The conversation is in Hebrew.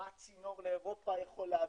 מה הצינור לאירופה יכול להביא,